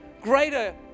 greater